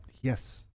Yes